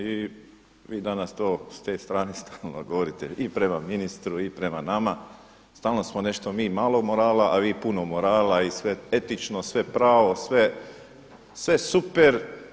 I vi danas to s te strane stalno govorite i prema ministru i prema nama, stalno smo mi nešto malog morala a vi puno morala i sve etično, sve pravo, sve super.